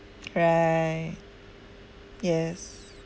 right yes